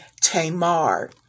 Tamar